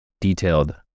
detailed